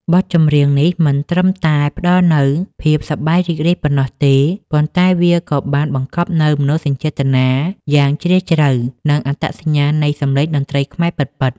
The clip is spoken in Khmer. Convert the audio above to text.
បទចម្រៀងនេះមិនត្រឹមតែផ្ដល់នូវភាពសប្បាយរីករាយប៉ុណ្ណោះទេ ប៉ុន្តែវាក៏បានបង្កប់នូវមនោសញ្ចេតនាយ៉ាងជ្រាលជ្រៅ និងអត្តសញ្ញាណនៃសម្លេងតន្ត្រីខ្មែរពិតៗ។